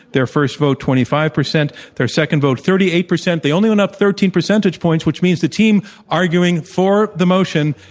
their first vote, twenty five percent, their second vote thirty eight percent. they only went up thirteen percentage points, which means the team arguing for the motion,